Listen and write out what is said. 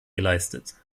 geleistet